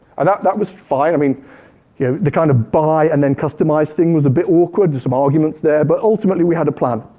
and that was fine, i mean yeah the kind of buy and then customize thing was a bit awkward, there's some arguments there. but ultimately, we had a plan.